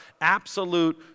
absolute